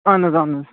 اہَن حظ اہَن حظ